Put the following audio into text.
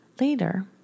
later